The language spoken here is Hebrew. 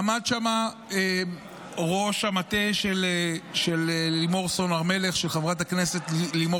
עמד שם ראש המטה של חברת הכנסת לימור